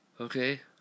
Okay